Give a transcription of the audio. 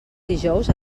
dijous